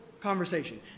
conversation